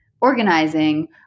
organizing